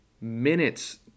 minutes